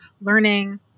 learning